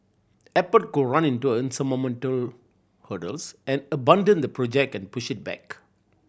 Apple could run into insurmountable hurdles and abandon the project and push it back